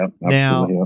Now